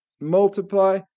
multiply